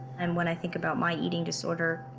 and when i think about my eating disorder,